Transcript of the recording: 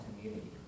community